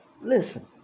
listen